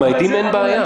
עם העדים אין בעיה.